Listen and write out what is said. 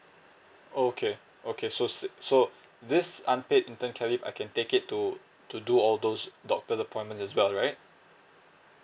oh okay okay so six so this unpaid infant care leave I can take it to to do all those doctor's appointment as well right